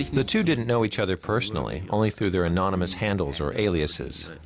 the two didn't know each other personally, only through their anonymous handles or aliases.